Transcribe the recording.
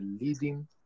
leading